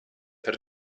per